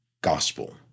gospel